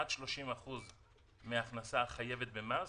עד 31% מן ההכנסה החייבת במס,